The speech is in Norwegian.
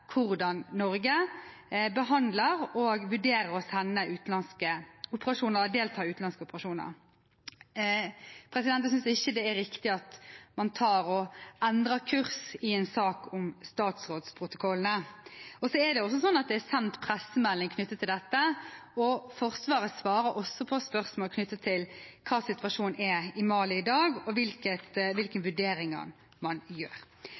hvordan Norge behandler og vurderer det å sende til og delta i utenlandske operasjoner. Jeg synes ikke det er riktig at man endrer kurs i en sak om statsrådsprotokollene. Det er sendt pressemelding knyttet til dette, og Forsvaret svarer også på spørsmål knyttet til hva situasjonen er i Mali i dag, og hvilke vurderinger man gjør.